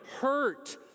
hurt